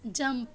jump